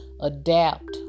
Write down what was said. adapt